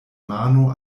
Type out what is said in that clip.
mano